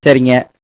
சரிங்க